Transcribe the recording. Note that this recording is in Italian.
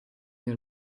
nel